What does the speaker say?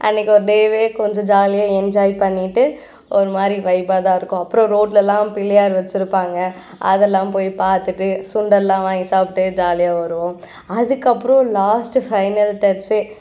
அன்றைக்கு ஒரு டேவே கொஞ்சம் ஜாலியாக என்ஜாய் பண்ணிட்டு ஒருமாதிரி வைப்பாக தான் இருக்கும் அப்புறம் ரோட்லலாம் பிள்ளையார் வச்சிருப்பாங்கள் அதெல்லாம் போய் பார்த்துட்டு சுண்டலெல்லாம் வாங்கி சாப்பிட்டு ஜாலியாக வருவோம் அதுக்கப்புறம் லாஸ்ட்டு ஃபைனல் டச்சு